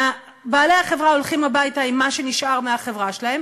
בעלי החברה הולכים הביתה עם מה שנשאר מהחברה שלהם,